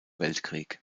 weltkrieg